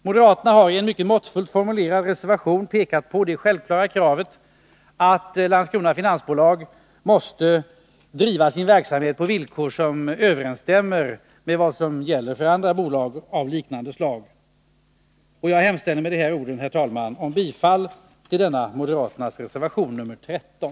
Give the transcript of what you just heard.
Moderaterna har i en mycket måttfullt formulerad reservation pekat på det självklara kravet att Landskrona Finans AB måste driva sin verksamhet på villkor som överensstämmer med vad som gäller för andra bolag av liknande slag. Jag hemställer med dessa ord, herr talman, om bifall till denna moderaternas reservation, nr 13.